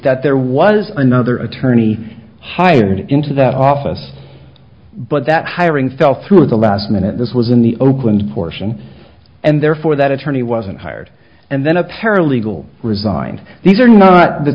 that there was another attorney hired into that office but that hiring fell through at the last minute this was in the open portion and therefore that attorney wasn't hired and then a paralegal resigned these are not the